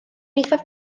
eithaf